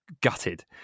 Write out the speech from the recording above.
gutted